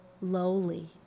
lowly